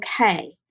okay